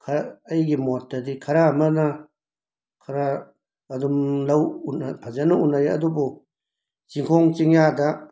ꯈ ꯑꯩꯒꯤ ꯃꯣꯠꯇꯗꯤ ꯈꯔ ꯑꯃꯅ ꯈꯔ ꯑꯗꯨꯝ ꯂꯧ ꯎꯅ ꯐꯖꯅ ꯎꯅꯩ ꯑꯗꯨꯕꯨ ꯆꯤꯡꯈꯣꯡ ꯆꯤꯡꯌꯥꯗ